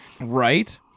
Right